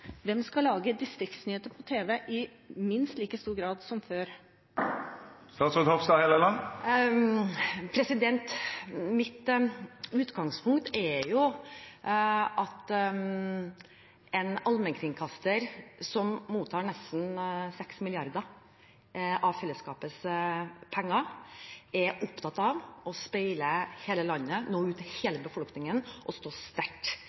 hvem skal lage distriktsnyheter på TV i minst like stor grad som før? Mitt utgangspunkt er at en allmennkringkaster som mottar nesten 6 mrd. kr av fellesskapets penger, er opptatt av å speile hele landet, nå ut til hele befolkningen, stå sterkt